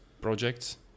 projects